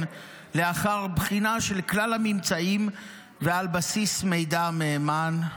לאחר בחינה של כלל הממצאים ועל בסיס מידע מהימן.